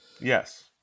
Yes